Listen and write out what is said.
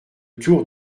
tour